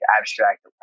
abstract